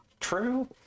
True